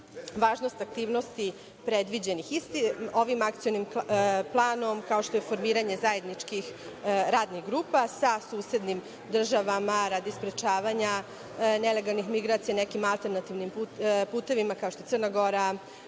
važnost aktivnosti predviđenih istim ovim Akcionim planom, kao što je formiranje zajedničkih radnih grupa sa susednim državama radi sprečavanja nelegalnim migracija nekim alternativnim putevima, kao što je Crna Gora,